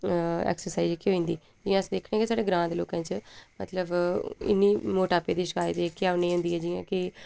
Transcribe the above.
exercise जेह्की होई जंदी जि'यां अस दिक्खने कि साढ़े ग्रां दे लोकें च मतलब इन्नी मटापे दी शिकायत जेह्की ऐ ओह् नेईं होंदी ऐ जि'यां कि